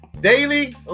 Daily